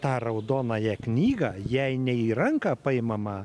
tą raudonąją knygą jei ne į ranką paimamą